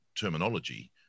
terminology